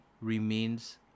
Remains